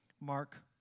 Mark